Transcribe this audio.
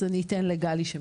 אז אני אתן לגלי.